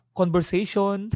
conversation